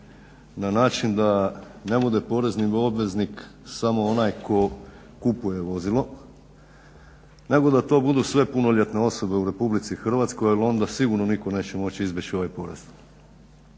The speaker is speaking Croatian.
na način da ne bude porezni obveznik samo onaj tko kupuje vozilo nego da to budu sve punoljetne osobe u RH, ali onda sigurno nitko neće moći izbjeći ovaj porez.